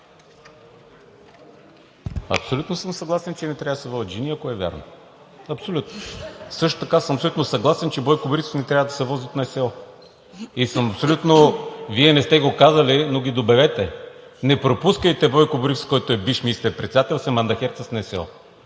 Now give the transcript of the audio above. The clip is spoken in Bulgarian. Абсолютно съм съгласен, че не трябва да се возят жени, ако е вярно. Абсолютно! Също така съм абсолютно съгласен, че Бойко Борисов не трябва да се вози от НСО и съм абсолютно за – Вие не сте го казали, но го добавете: не пропускайте Бойко Борисов, който е бивш министър председател, да се мандахерца с НСО